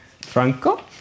Franco